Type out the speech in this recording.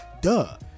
duh